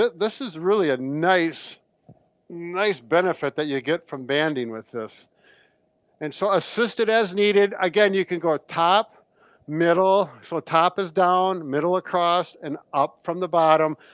this is really a nice nice benefit that you get from banding with this and so assisted as needed. again, you can go top middle, so top is down, middle across, and up from the bottom,